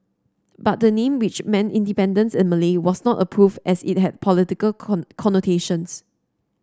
but the name which meant independence in Malay was not approved as it had political connotations